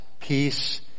peace